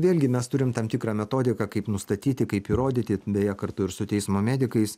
vėlgi mes turim tam tikrą metodiką kaip nustatyti kaip įrodyti beje kartu ir su teismo medikais